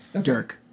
Dirk